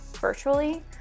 virtually